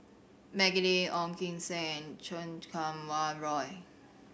Maggie Lim Ong Kim Seng and Chan Kum Wah Roy